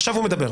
עכשיו הוא מדבר.